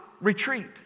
retreat